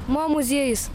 mo muziejus